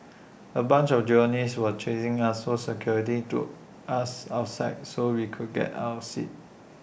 A bunch of journalists were chasing us so security took us outside so we could get our seats